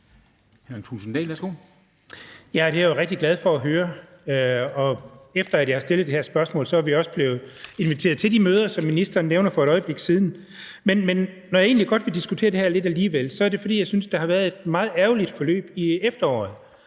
Ja, og det er jeg rigtig glad for at høre. Og efter jeg har stillet det her spørgsmål, er vi også blevet inviteret til de møder, som ministeren nævnte for et øjeblik siden. Men når jeg egentlig godt vil diskutere det her lidt alligevel, er det, fordi der har været et meget ærgerligt forløb i efteråret.